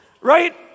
right